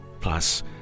Plus